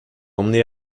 emmené